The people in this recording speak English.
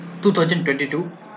2022